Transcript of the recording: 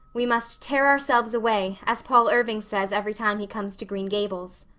we must tear ourselves away as paul irving says every time he comes to green gables.